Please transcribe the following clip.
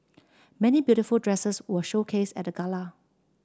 many beautiful dresses were showcased at the Gala